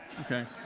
Okay